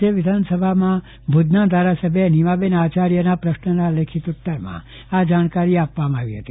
રાજ્ય વિધાનસભામાં ભુજના ધારાસભ્ય નિમાબહેન આચાર્યના પ્રશ્નના લેખિત ઉત્તરમાં આ જાણકારી આપવામાં આવી હતી